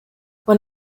when